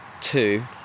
two